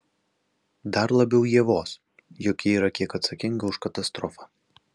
dar labiau ievos juk ji yra kiek atsakinga už katastrofą